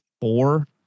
four